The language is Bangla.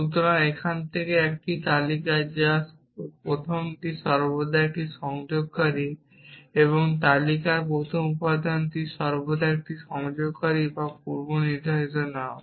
সুতরাং এখান থেকে এখানে একটি তালিকা যা তাই প্রথমটি সর্বদা একটি সংযোগকারী এবং তালিকার প্রথম উপাদানটি সর্বদা একটি সংযোগকারী বা একটি পূর্বনির্ধারিত নাম